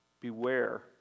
Beware